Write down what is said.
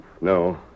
No